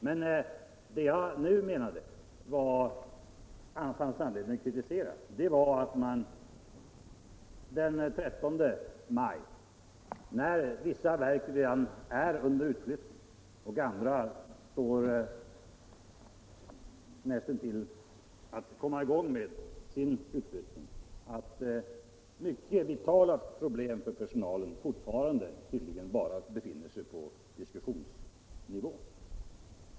Men det som jag nu menade att det fanns anledning att kritisera var att man den 12 maj 1975, då vissa verk redan är under utflyttning och andra står näst intill att komma i gång med sin utflyttning, fortfarande tydligen bara befinner sig på ett diskussionsstadium när det gäller mycket vitala problem för den berörda personalen.